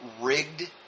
rigged